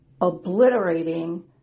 obliterating